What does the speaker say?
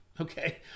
Okay